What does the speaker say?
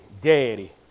daddy